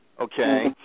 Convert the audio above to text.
Okay